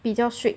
比较 strict